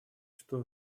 что